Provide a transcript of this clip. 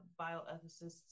bioethicists